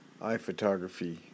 iPhotography